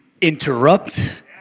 interrupt